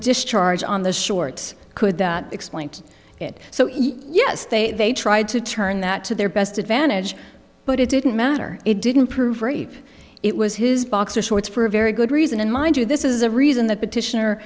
discharge on the shorts could that explained it so yes they tried to turn that to their best advantage but it didn't matter it didn't prove rape it was his boxer shorts for a very good reason and mind you this is a reason the petition